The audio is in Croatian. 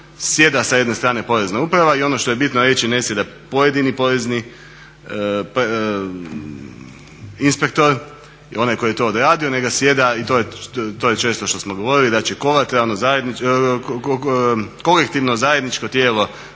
sjeda sa jedne strane Porezna uprava i ono što je bitno reći ne sjeda pojedini porezni inspektor, i onaj koji je to odradio nego sjeda i to je često što smo govorili da će kolateralno, zajedničko,